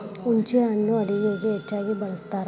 ಹುಂಚಿಹಣ್ಣು ಅಡುಗೆಗೆ ಹೆಚ್ಚಾಗಿ ಬಳ್ಸತಾರ